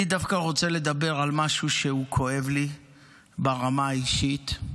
אני דווקא רוצה לדבר על משהו שכואב לי ברמה האישית.